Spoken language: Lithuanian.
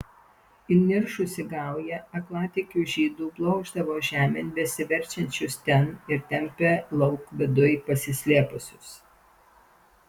įniršusi gauja aklatikių žydų blokšdavo žemėn besiveržiančius ten ir tempė lauk viduj pasislėpusius